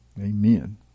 Amen